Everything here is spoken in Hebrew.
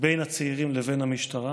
לבין המשטרה,